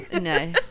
No